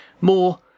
more